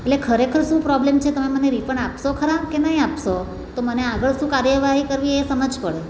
એટલે ખરેખર શું પ્રોબ્લેમ છે તમે મને રિફંડ આપશો ખરા કે નહીં આપશો તો મને આગળ શું કાર્યવાહી કરવી એ સમજ પડે